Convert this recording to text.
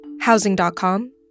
housing.com